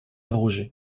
abrogée